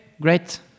great